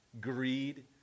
greed